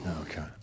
Okay